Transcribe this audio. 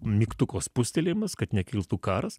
mygtuko spustelėjimas kad nekiltų karas